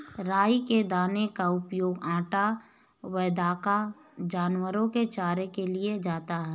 राई के दाने का उपयोग आटा, वोदका, जानवरों के चारे के लिए किया जाता है